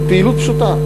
פעילות פשוטה,